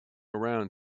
around